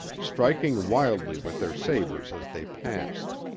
striking wildly with their sabres as they passed.